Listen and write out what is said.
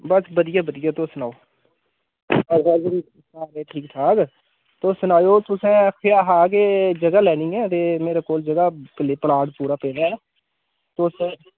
बस बधिया बधिया तुस सनाओ सारे ठीक ठाक तुस सनाओ तुसें आखेआ हा कि जगह लैनी ऐ ते मेरे कोल जगह् प्लाट पूरा पेदा ऐ ते तुस